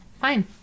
fine